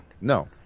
no